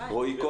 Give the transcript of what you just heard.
אני אומר